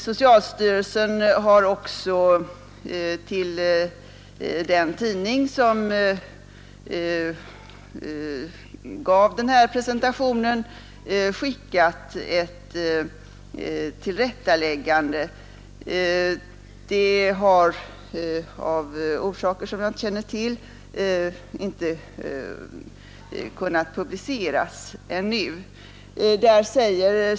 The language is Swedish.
Socialstyrelsen har också till den tidning som gav denna presentation av förslaget skickat ett tillrättaläggande. Det har av orsaker som jag inte känner till inte kunnat publiceras ännu.